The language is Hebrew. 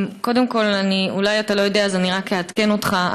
קודם כול אולי אתה לא יודע אז אני רק אעדכן אותך,